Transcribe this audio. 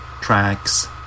tracks